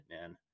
man